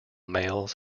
males